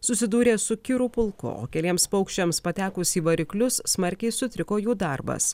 susidūrė su kirų pulku o keliems paukščiams patekus į variklius smarkiai sutriko jų darbas